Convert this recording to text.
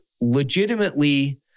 legitimately